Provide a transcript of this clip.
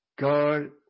God